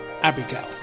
Abigail